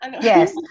yes